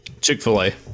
Chick-fil-A